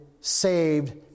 saved